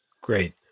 Great